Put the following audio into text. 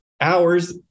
hours